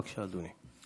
בבקשה, אדוני.